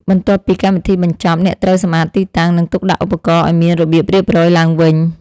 បន្ទាប់ពីកម្មវិធីបញ្ចប់ អ្នកត្រូវសម្អាតទីតាំង និងទុកដាក់ឧបករណ៍ឱ្យមានរបៀបរៀបរយឡើងវិញ។